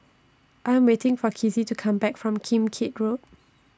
I Am waiting For Kizzy to Come Back from Kim Keat Road